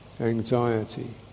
anxiety